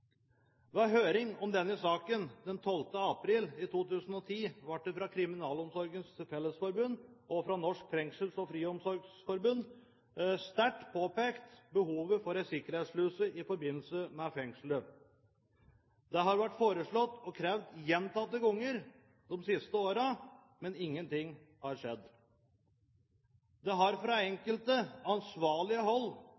høring om denne saken den 12. april 2010 ble det fra Kriminalomsorgens fellesforbund og fra Norsk Fengsels- og Friomsorgsforbund sterkt påpekt behov for en sikkerhetssluse i forbindelse med fengselet. Det har blitt foreslått og krevd gjentatte ganger de siste årene, men ingenting har skjedd. Det har fra